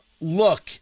look